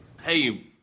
Hey